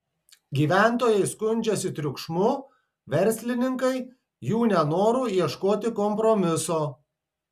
gyventojai skundžiasi triukšmu verslininkai jų nenoru ieškoti kompromiso